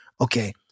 Okay